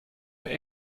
were